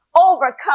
overcome